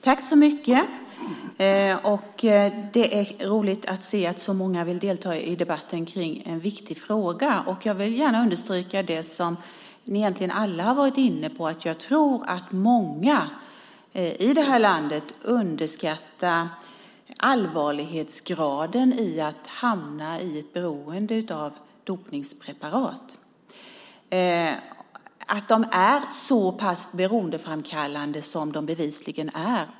Herr talman! Det är roligt att se att så många vill delta i debatten om en viktig fråga. Jag vill gärna understryka det som ni egentligen alla har varit inne på, att jag tror att många i det här landet underskattar allvarlighetsgraden i att hamna i beroende av dopningspreparat, att de är så pass beroendeframkallande som de bevisligen är.